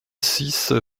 six